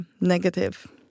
negative